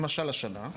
למשל, השנה,